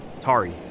Tari